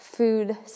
Food